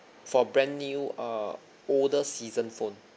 for brand new uh older season phone